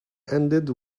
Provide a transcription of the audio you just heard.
ended